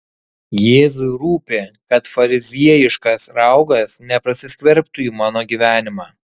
jėzui rūpi kad fariziejiškas raugas neprasiskverbtų į mano gyvenimą